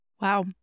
Wow